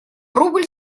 рубль